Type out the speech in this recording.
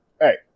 Hey